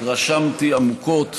התרשמתי עמוקות